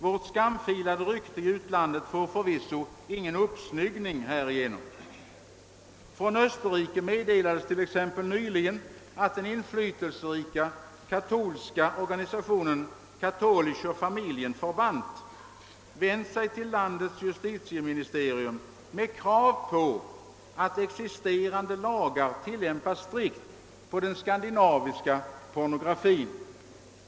Vårt skamfilade rykte i utlandet får förvisso ingen uppsnyggning härigenom. Från Österrike meddelades nyligen att den inflytelserika katolska or ganisationen »Katolischer Familienverband» vänt sig till landets justitieministerium med krav på att existerande lagar strikt skulle tillämpas på den skandinaviska pornografin.